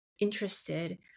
interested